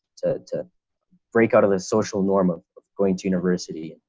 to to break out of this social norm of of going to university, and